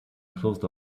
closed